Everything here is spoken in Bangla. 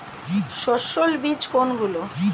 সস্যল বীজ কোনগুলো?